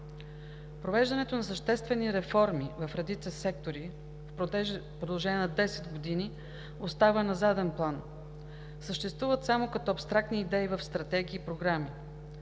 Провеждането на съществени реформи в редица сектори в продължение на 10 години остава на заден план и съществуват само като абстрактни идеи в стратегии и програми.